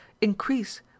increase